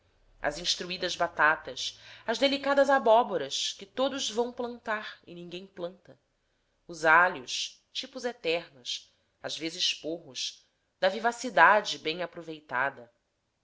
as instruídas batatas as delicadas abóboras que todos vão plantar e ninguém planta os alhos tipos eternos às vezes porros da vivacidade bem aproveitada